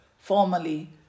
Formally